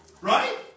Right